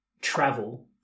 travel